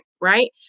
right